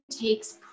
takes